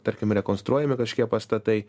tarkim rekonstruojami kažkokie pastatai